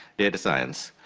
data science.